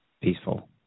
peaceful